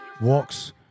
walks